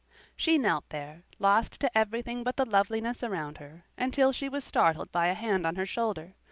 she knelt there, lost to everything but the loveliness around her, until she was startled by a hand on her shoulder.